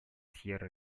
сьерра